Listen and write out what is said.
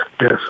Yes